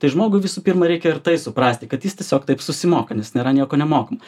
tai žmogui visų pirma reikia ir tai suprasti kad jis tiesiog taip susimoka nes nėra nieko nemokamo